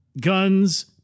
guns